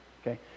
Okay